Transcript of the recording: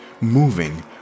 moving